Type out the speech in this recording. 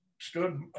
stood